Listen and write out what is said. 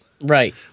Right